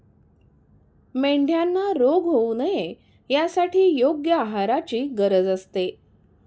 मेंढ्यांना रोग होऊ नये यासाठी योग्य आहाराची गरज असते